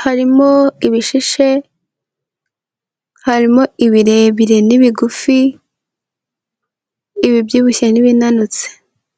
Harimo ibishishe, harimo ibirebire n'ibigufi, ibibyibushye n'ibinanutse.